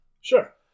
Sure